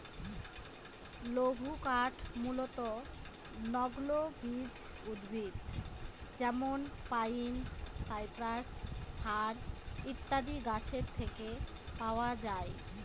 লঘুকাঠ মূলতঃ নগ্নবীজ উদ্ভিদ যেমন পাইন, সাইপ্রাস, ফার ইত্যাদি গাছের থেকে পাওয়া যায়